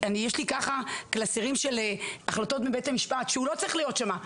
יש לי ככה קלסרים של החלטות מבית המשפט שהוא לא צריך להיות שם,